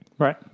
Right